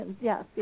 yes